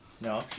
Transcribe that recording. No